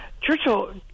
Churchill